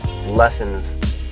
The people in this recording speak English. lessons